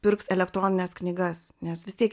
pirks elektronines knygas nes vis tiek